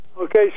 Okay